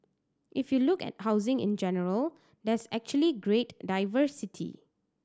if you look at housing in general there's actually great diversity